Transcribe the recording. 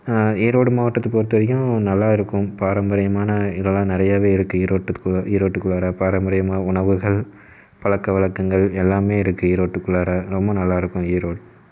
ஈரோடு மாவட்டத்துக்கு பொறுத்தவரைக்கும் நல்லா இருக்கும் பாரம்பரியமான இதெல்லாம் நிறையவே இருக்குது ஈரோட்டு ஈரோட்டுக்குள்ளாற பாரம்பரியமான உணவுகள் பழக்க வழக்கங்கள் எல்லாமே இருக்குது ஈரோட்டுக்குள்ளாற ரொம்ப நல்லாயிருக்கும் ஈரோடு